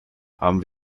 haben